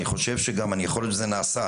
יכול להיות שזה נעשה,